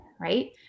Right